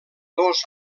dos